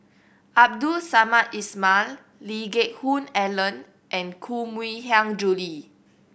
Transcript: Abdul Samad Ismail Lee Geck Hoon Ellen and Koh Mui Hiang Julie